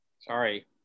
Sorry